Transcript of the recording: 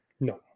no